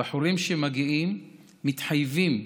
הבחורים שמגיעים מתחייבים,